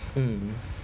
mm